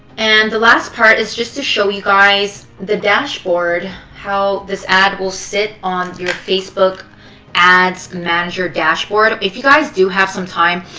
and the last part is just to show you guys the dashboard, how this ad will sit on your facebook ads manager dashboard. if you guys do have some time,